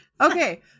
Okay